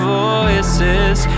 voices